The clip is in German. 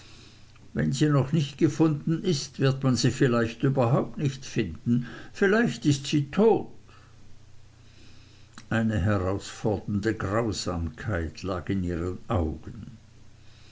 wenn sie noch nicht gefunden ist wird man sie vielleicht überhaupt nicht finden vielleicht ist sie tot eine herausfordernde grausamkeit lag in ihren augen